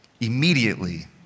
Immediately